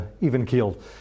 even-keeled